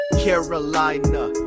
carolina